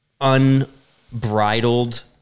unbridled